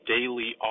Daily